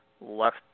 Left